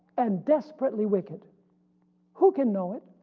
and desperately wicked who can know it?